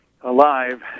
alive